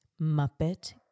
Muppet